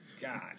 God